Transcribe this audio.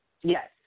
Yes